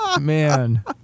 man